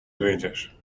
wyjdziesz